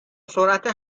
سرعت